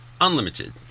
unlimited